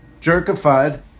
jerkified